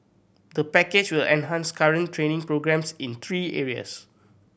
the package will enhance current training programmes in three areas